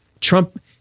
Trump